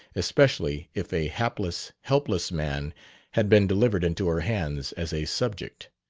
especially if a hapless, helpless man had been delivered into her hands as a subject.